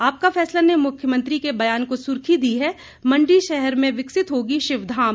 आपका फैसला ने मुख्यमंत्री के बयान को सुर्खी दी है मंडी शहर में विकसित होगी शिवधाम